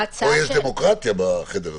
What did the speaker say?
פה יש דמוקרטיה, בחדר הזה.